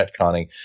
retconning